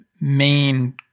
main